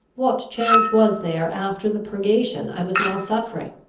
what chance was there after the purgation i was now suffering,